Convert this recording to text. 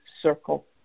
circle